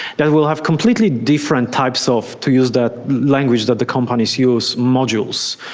that will have completely different types of, to use that language that the companies use, modules.